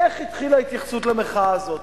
איך התחילה ההתייחסות למחאה הזאת?